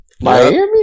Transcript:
Miami